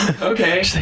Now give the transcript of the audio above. okay